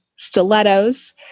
stilettos